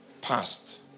passed